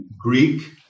Greek